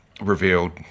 revealed